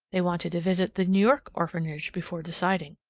they wanted to visit the new york orphanage before deciding.